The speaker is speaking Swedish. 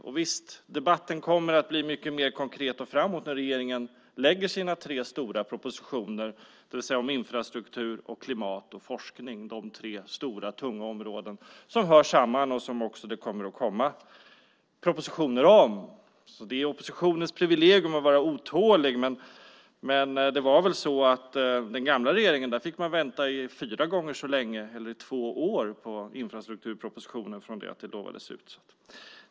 Och visst, debatten kommer att bli mycket mer konkret framöver när regeringen lägger fram sina tre stora propositioner, det vill säga om infrastruktur, klimat och forskning. Det är tre tunga områden som hör samman. Det är oppositionens privilegium att vara otålig, men när det gäller den gamla regeringen fick man vänta fyra gånger så länge, eller två år, på infrastrukturpropositionen från det att den lovades ut.